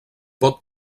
pot